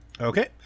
Okay